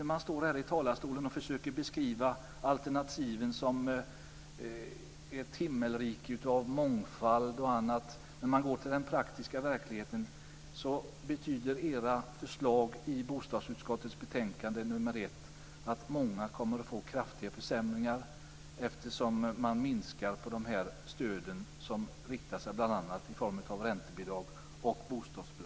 Ni står här i talarstolen och försöker beskriva alternativen som ett himmelrike av mångfald och annat. När man går till den praktiska verkligheten betyder era förslag i bostadsutskottets betänkande nr 1 att många kommer att få kraftiga försämringar, eftersom ni minskar de riktade stöden, bl.a. i form av räntebidrag och bostadsbidrag.